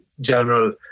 general